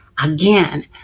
Again